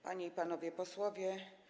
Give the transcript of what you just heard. Panie i Panowie Posłowie!